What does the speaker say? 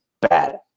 bad